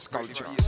Culture